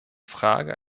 frage